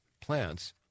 plants